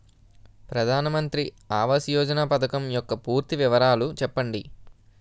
ప్రధాన మంత్రి ఆవాస్ యోజన పథకం యెక్క పూర్తి వివరాలు చెప్పండి?